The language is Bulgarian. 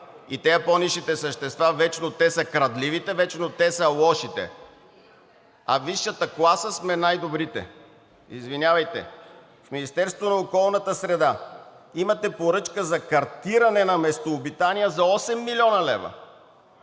И тези – по-нисшите същества, вечно те са крадливите, вечно те са лошите, а висшата класа сме най-добрите. Извинявайте. В Министерството на околната среда имате поръчка за картиране на местообитания за 8 млн. лв.